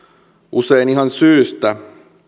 usein ihan syystä ja